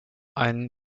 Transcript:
ein